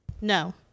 No